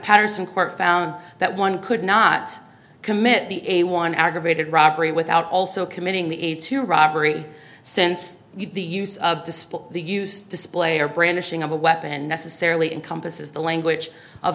patterson court found that one could not commit the a one aggravated robbery without also committing the aid to robbery since the use of display the use display or brandishing a weapon necessarily encompasses the language of